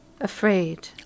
afraid